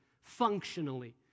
functionally